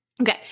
Okay